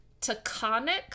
Taconic